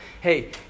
hey